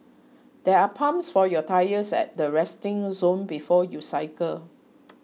there are pumps for your tyres at the resting zone before you cycle